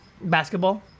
basketball